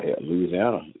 Louisiana